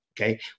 Okay